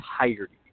entirety